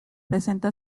presenta